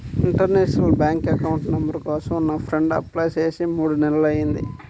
international bank account number కోసం నా friend apply చేసి మూడు నెలలయ్యింది